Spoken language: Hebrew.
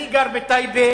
אני גר בטייבה,